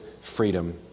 freedom